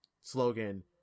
slogan